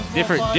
Different